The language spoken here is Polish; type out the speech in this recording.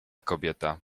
kobieta